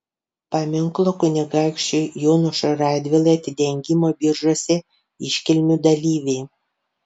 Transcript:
paminklo kunigaikščiui jonušui radvilai atidengimo biržuose iškilmių dalyviai